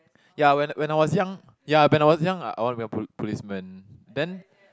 ya when when I was young ya when I was young I I want to be a po~ policeman then